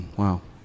wow